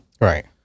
Right